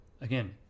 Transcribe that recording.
again